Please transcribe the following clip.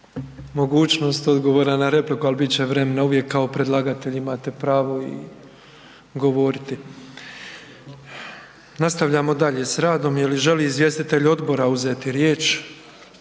mogućnost odgovora na repliku. Ali bit će vremena uvijek, kao predlagatelj imate pravo i govoriti. Nastavljamo dalje s radom. Je li želi izvjestitelji odbora uzeti riječ?